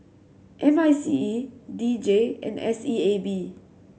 M I C E D J and S E A B